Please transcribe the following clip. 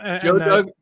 Joe